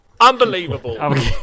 Unbelievable